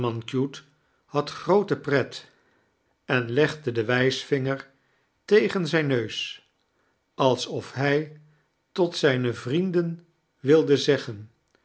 had groote pret en legde den wijsvinger tegen zijn neus alsof hij tot zijne vrienden wilde zeggen